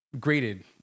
graded